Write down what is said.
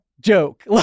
joke